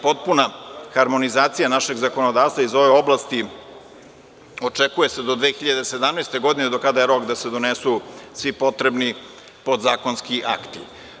Potpuna harmonizacija našeg zakonodavstva iz ove oblasti očekuje se do 2017. godine, do kada je rok da se donesu svi potrebni podzakonski akti.